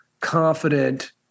confident